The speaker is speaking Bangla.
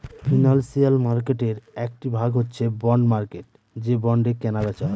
ফিনান্সিয়াল মার্কেটের একটি ভাগ হচ্ছে বন্ড মার্কেট যে বন্ডে কেনা বেচা হয়